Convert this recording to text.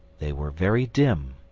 they were very dim,